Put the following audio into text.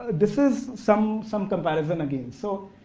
this is some some comparison again. so,